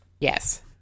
Yes